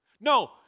No